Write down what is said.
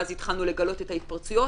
ואז התחלנו לגלות את ההתפרצויות,